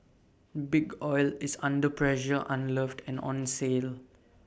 big oil is under pressure unloved and on sale